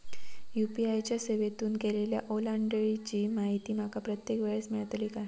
UPI च्या सेवेतून केलेल्या ओलांडाळीची माहिती माका प्रत्येक वेळेस मेलतळी काय?